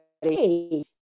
hey